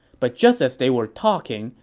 but just as they were talking,